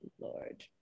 Lord